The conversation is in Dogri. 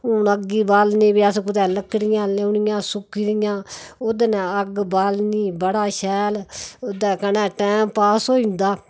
हून अग्ग ही बालने अस कुतै लकड़ियां लेई औनियां सुक्की दियां ओहदे कन्नै अग्ग वालनी बड़ा शैल दे कन्नै टाइम पास होई जंदा